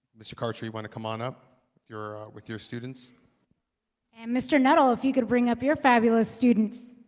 mr. carter you want to come on up you're with your students and mr. nuttall if you could bring up your fabulous students